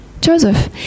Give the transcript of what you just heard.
Joseph